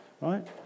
right